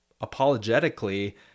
apologetically